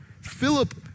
Philip